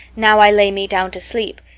now i lay me down to sleep.